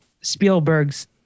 Spielberg's